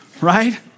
right